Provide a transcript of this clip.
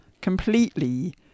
completely